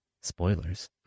Spoilers